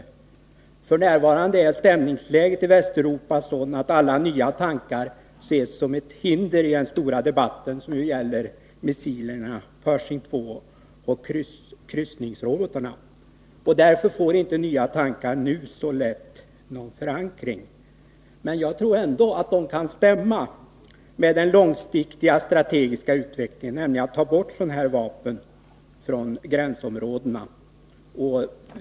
Kärnvapenfri zon F.n. är stämningsläget i Västeuropa sådant att alla nya tankar ses som ett i Europa hinder i den stora debatten, som ju gäller missilerna Pershing II och kryssningsrobotarna. Därför får inte nya tankar nu så lätt någon förankring. Men jag tror ändå att de kan stämma med den långsiktiga strategin, nämligen att ta bort sådana här vapen från gränsområdena.